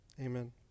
Amen